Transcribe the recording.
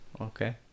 okay